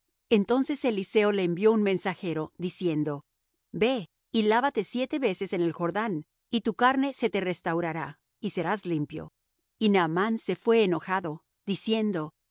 entonces eliseo le envió un mensajero diciendo ve y lávate siete veces en el jordán y tu carne se te restaurará y serás limpio y naamán se fué enojado diciendo